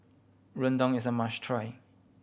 rendang is a must try